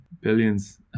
billions